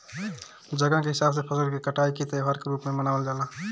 जगह के हिसाब से फसल के कटाई के त्यौहार के रूप में मनावल जला